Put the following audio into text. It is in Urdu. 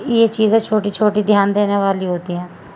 یہ چیزیں چھوٹی چھوٹی دھیان دینے والی ہوتی ہیں